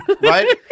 right